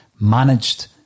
managed